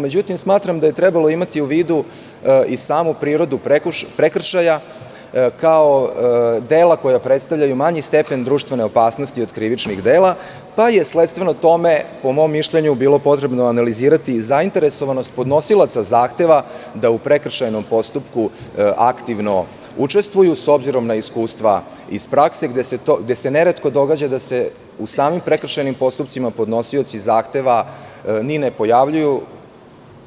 Međutim, smatram da je trebalo imati u vidu i samu prirodu prekršaja kao dela koja predstavljaju manji stepen društvene opasnosti od krivičnih dela, pa je sledstveno tome po mom mišljenju bilo potrebno analizirati zainteresovanost podnosilaca zahteva da u prekršajnom postupku učestvuju aktivno, s obzirom na iskustva iz praske, gde se neretko događa da se u samim prekršajnim postupcima podnosioci zahteva ni ne pojavljuju,